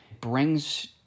brings